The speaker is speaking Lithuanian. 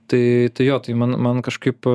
tai jo tai man man kažkaip